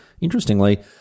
interestingly